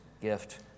gift